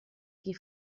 qui